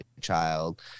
child